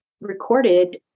recorded